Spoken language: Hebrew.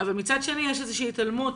אבל מצד שני, יש איזושהי התעלמות